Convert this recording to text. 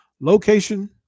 location